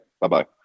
Bye-bye